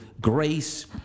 grace